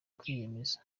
kwiyemeza